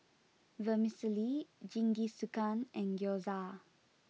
Vermicelli Jingisukan and Gyoza